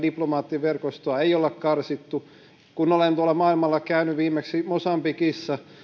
diplomaattiverkostoa ei olla karsittu kun olen tuolla maailmalla käynyt viimeksi mosambikissa